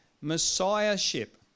messiahship